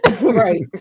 right